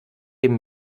dem